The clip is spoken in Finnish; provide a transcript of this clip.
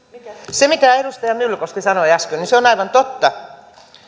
se mitä edustaja myllykoski sanoi äsken on aivan totta